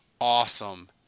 awesome